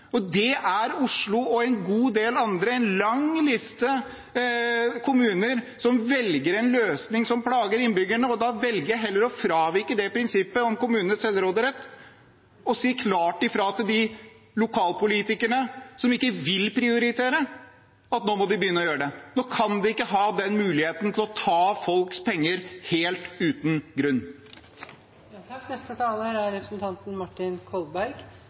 og det gjør Oslo og en god del andre. Det er en lang liste med kommuner som velger en løsning som plager innbyggerne. Da velger jeg heller å fravike prinsippet om kommunenes selvråderett og si klart ifra til de lokalpolitikerne som ikke vil prioritere, at nå må de begynne å gjøre det. Nå kan de ikke ha den muligheten til å ta folks penger helt uten